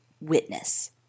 witness